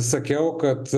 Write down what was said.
sakiau kad